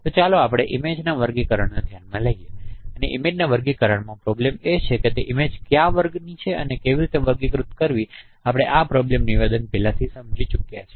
તેથી ચાલો આપણે ઇમેજના વર્ગીકરણને ધ્યાનમાં લઈએ અને ઇમેજના વર્ગીકરણમાં પ્રોબ્લેમ એ છે કે તે ઇમેજ કયા વર્ગની છે અને કેવીરીતે વર્ગીકૃત કરવી આપણે આ પ્રોબ્લેમ નિવેદન પહેલાથી સમજી ચૂક્યા છીએ